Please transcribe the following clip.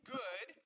good